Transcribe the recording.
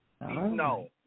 No